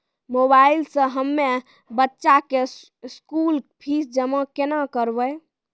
Mobile से हम्मय बच्चा के स्कूल फीस जमा केना करबै?